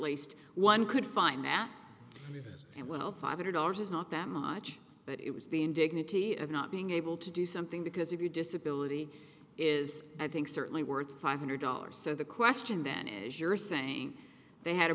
least one could find that it went up five hundred dollars is not that much but it was the indignity of not being able to do something because of your disability is i think certainly worth five hundred dollars so the question then is you're saying they had a